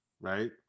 right